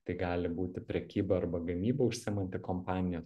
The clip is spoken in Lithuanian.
tai gali būti prekyba arba gamyba užsiemanti kompanija